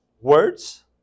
words